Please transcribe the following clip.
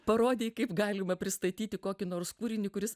parodei kaip galima pristatyti kokį nors kūrinį kuris